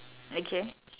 okay